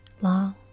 long